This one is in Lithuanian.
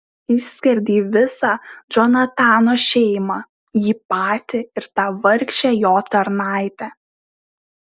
išskerdei visą džonatano šeimą jį patį ir tą vargšę jo tarnaitę